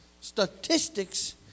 statistics